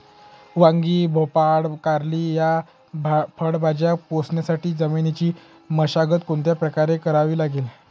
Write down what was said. वांगी, भोपळा, कारली या फळभाज्या पोसण्यासाठी जमिनीची मशागत कोणत्या प्रकारे करावी लागेल?